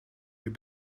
your